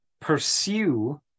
pursue